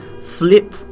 flip